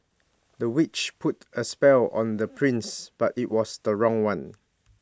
the witch put A spell on the prince but IT was the wrong one